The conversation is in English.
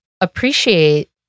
appreciate